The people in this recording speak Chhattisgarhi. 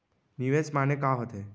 निवेश माने का होथे?